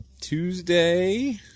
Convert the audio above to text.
Tuesday